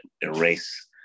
erase